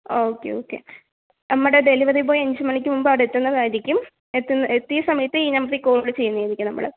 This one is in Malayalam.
ഓക്കേ ഓക്കേ നമ്മുടെ ഡെലിവറി ബോയ് അഞ്ച് മണിക്ക് മുമ്പ് അവിടെ എത്തുന്നതായിരിക്കും എത്തുന്ന എത്തിയ സമയത്ത് ഈ നമ്പറിൽ കോൾ ചെയ്യുന്നതായിരിക്കും നമ്മൾ